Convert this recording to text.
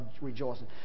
rejoicing